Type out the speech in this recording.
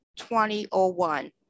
2001